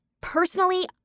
Personally